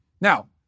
Now